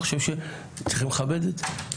אני חושב שצריכים לכבד את זה.